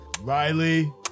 Riley